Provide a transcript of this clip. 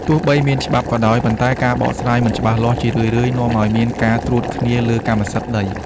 ទោះបីមានច្បាប់ក៏ដោយ ប៉ុន្តែការបកស្រាយមិនច្បាស់លាស់ជារឿយៗនាំឱ្យមានការត្រួតគ្នាលើកម្មសិទ្ធិដី។